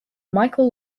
michael